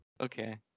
Okay